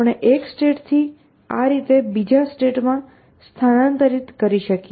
આપણે એક સ્ટેટથી આ રીતે બીજા સ્ટેટમાં સ્થાનાંતરિત કરી શકીએ